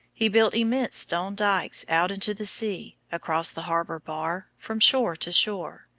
he built immense stone dykes out into the sea, across the harbour bar, from shore to shore.